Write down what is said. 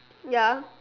ya